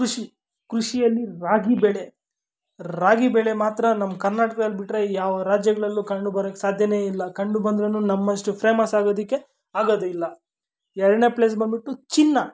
ಕೃಷಿ ಕೃಷಿಯಲ್ಲಿ ರಾಗಿ ಬೆಳೆ ರಾಗಿ ಬೆಳೆ ಮಾತ್ರ ನಮ್ಮ ಕರ್ನಾಟಕ್ದಲ್ಲಿ ಬಿಟ್ಟರೆ ಯಾವ ರಾಜ್ಯಗಳಲ್ಲು ಕಂಡು ಬರಕ್ಕೆ ಸಾಧ್ಯನೇ ಇಲ್ಲ ಕಂಡು ಬಂದ್ರೂ ನಮ್ಮಷ್ಟು ಫೇಮಸ್ ಆಗೋದಕ್ಕೆ ಆಗದೂ ಇಲ್ಲ ಎರಡನೇ ಪ್ಲೇಸ್ ಬಂದುಬಿಟ್ಟು ಚಿನ್ನ